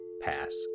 pass